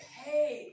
pay